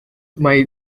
mae